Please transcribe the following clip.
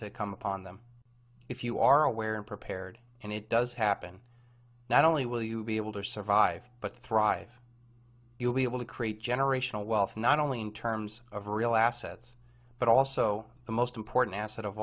to come upon them if you are aware and prepared and it does happen not only will you be able to survive but thrive you'll be able to create generational wealth not only in terms of real assets but also the most important asset of